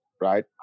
Right